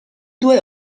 due